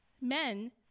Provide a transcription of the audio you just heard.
men